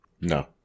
No